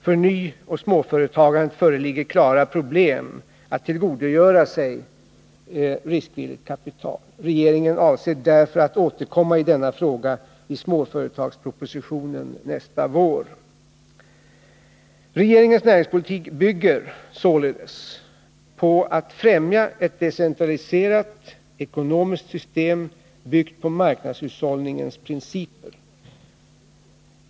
För nyoch småföretagande föreligger klara problem att tillgodogöra sig riskvilligt kapital. Regeringen avser därför återkomma i denna fråga i småföretagspropositionen nästa vår. Regeringens näringspolitik bygger således på att främja ett decentraliserat ekonomiskt system, byggt på marknadshushållningens principer.